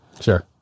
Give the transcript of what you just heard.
Sure